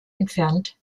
entfernt